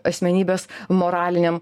asmenybės moraliniam